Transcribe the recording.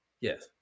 Yes